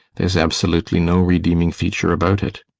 there is absolutely no redeeming feature about it.